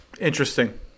Interesting